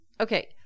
Okay